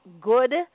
good